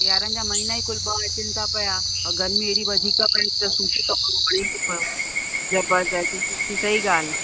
सियारनि जा महिना ई कुल ॿ अचनि था पिया और गर्मी एॾी वधीक पए थी त सूती कपिड़ो वणे थो पियो जबरदस्त सही ॻाल्हि आहे